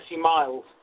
miles